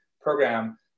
program